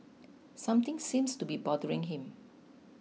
something seems to be bothering him